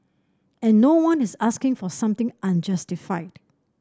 and no one is asking for something unjustified